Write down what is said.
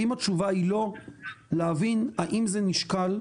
ואם התשובה היא 'לא' ברצוני להבין, האם זה נשקל?